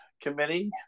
Committee